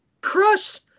crushed